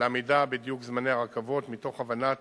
לעמידה בדיוק זמני הרכבות, מתוך הבנת